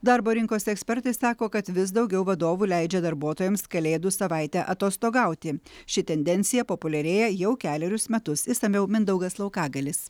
darbo rinkos ekspertai sako kad vis daugiau vadovų leidžia darbuotojams kalėdų savaitę atostogauti ši tendencija populiarėja jau kelerius metus išsamiau mindaugas laukagalis